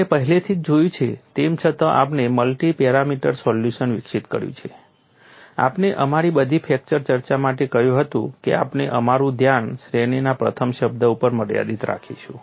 આપણે પહેલેથી જ જોયું છે તેમ છતાં આપણે મલ્ટિ પેરામીટર સોલ્યુશન વિકસિત કર્યું છે આપણે અમારી બધી ફ્રેક્ચર ચર્ચા માટે કહ્યું હતું કે આપણે અમારું ધ્યાન શ્રેણીના પ્રથમ શબ્દ ઉપર મર્યાદિત રાખીશું